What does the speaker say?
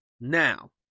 Now